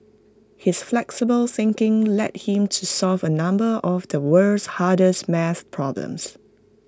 his flexible thinking led him to solve A number of the world's hardest math problems